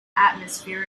atmosphere